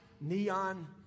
neon